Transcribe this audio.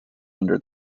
under